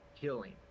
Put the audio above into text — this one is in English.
killing